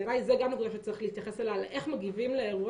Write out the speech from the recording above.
בעיני זאת נקודה שצריך להתייחס אליה: איך מגיבים לאירוע